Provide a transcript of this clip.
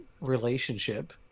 relationship